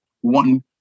one